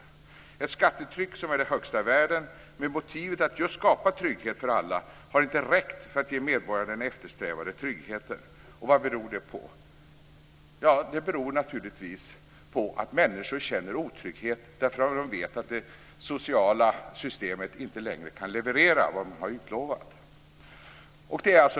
Vi har ett skattetryck som är det högsta i världen, just med motivet att skapa trygghet för alla, men det har inte räckt för att ge medborgarna den eftersträvade tryggheten. Vad beror det på? Det beror naturligtvis på att människor känner otrygghet därför att de vet att det sociala systemet inte längre kan leverera vad de har utlovats.